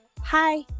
hi